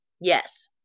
yes